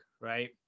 right